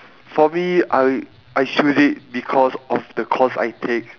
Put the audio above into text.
for me I I choose it because of the course I take